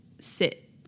sit